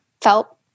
felt